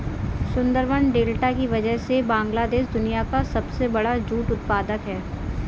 Sundarban delta की वजह से बांग्लादेश दुनिया का सबसे बड़ा जूट उत्पादक है